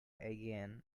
again